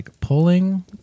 pulling